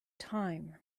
time